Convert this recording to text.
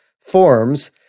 forms